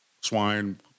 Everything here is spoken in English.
swine